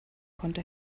konnte